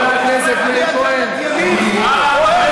חבר הכנסת מיקי מכלוף זוהר,